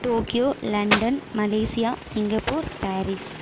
Tokyo London Malaysia Singapore Paris